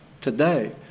today